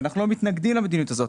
ואנחנו לא מתנגדים למדיניות הזאת,